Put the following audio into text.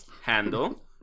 handle